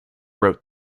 wrote